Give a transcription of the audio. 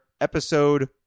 episode